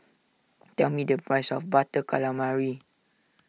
tell me the price of Butter Calamari